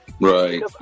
right